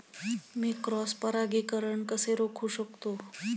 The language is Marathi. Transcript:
मी क्रॉस परागीकरण कसे रोखू शकतो?